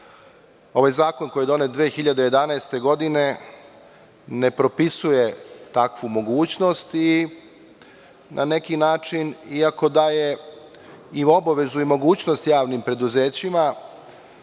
ovaj zakon koji je donet 2011. godine ne propisuje takvu mogućnost i na neki način, iako daje i obavezu i mogućnost javnim preduzećima